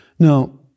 Now